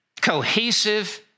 cohesive